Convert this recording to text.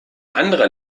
anderer